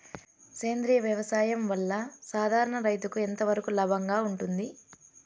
సేంద్రియ వ్యవసాయం వల్ల, సాధారణ రైతుకు ఎంతవరకు లాభంగా ఉంటుంది?